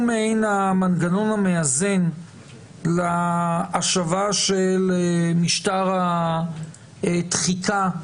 הוא מעין המנגנון המאזן להשבה של משטר התחיקה,